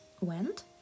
went